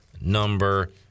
number